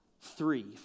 three